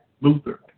Luther